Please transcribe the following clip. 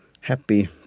happy